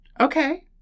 okay